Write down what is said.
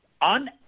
on